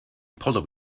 polo